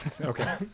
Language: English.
Okay